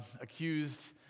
accused